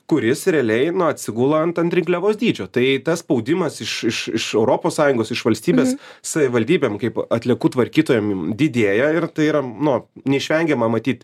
kuris realiai nu atsigula ant rinkliavos dydžio tai tas spaudimas iš iš iš europos sąjungos iš valstybės savivaldybėm kaip atliekų tvarkytojam didėja ir tai yra nu neišvengiama matyt